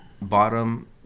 Bottom